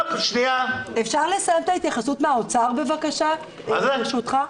אפשר לסיים את ההתייחסות מהאוצר בבקשה, ברשותך?